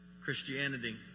Christianity